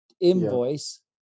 invoice